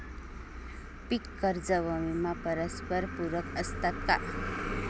पीक कर्ज व विमा परस्परपूरक असतात का?